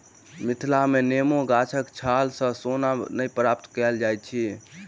मिथिला मे नेबो गाछक छाल सॅ सोन नै प्राप्त कएल जाइत अछि